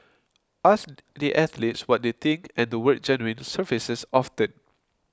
ask the athletes what they think and the word genuine surfaces often